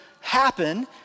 happen